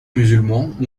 musulmans